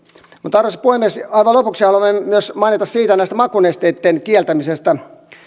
arvoisa puhemies aivan lopuksi haluan myös mainita näitten makunesteitten kieltämisestä